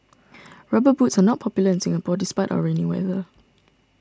rubber boots are not popular in Singapore despite our rainy weather